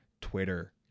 Twitter